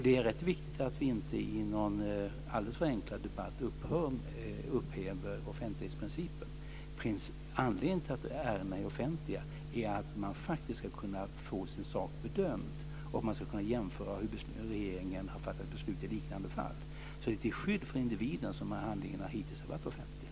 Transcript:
Det är rätt viktigt att vi inte i någon alldeles förenklad debatt upphäver offentlighetsprincipen. Anledningen till att ärendena är offentliga är att man faktiskt ska kunna få sin sak bedömd, och man ska kunna jämföra hur regeringen har fattat beslut i liknande fall. Så det är för att ge skydd för individen som de här handlingarna hittills har varit offentliga.